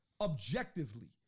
objectively